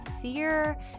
fear